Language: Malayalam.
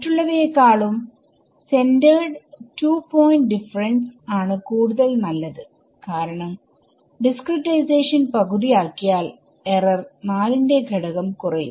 മറ്റുള്ളവയെക്കാളും സെന്റർഡ് 2 പോയിന്റ് ഡിഫറെൻസ് ആണ് കൂടുതൽ നല്ലത് കാരണം ഡിസ്ക്രിടൈസേഷൻ പകുതി ആക്കിയാൽ എറർ 4 ന്റെ ഘടകം കുറയും